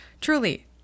truly